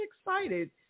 excited